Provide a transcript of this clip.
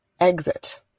Exit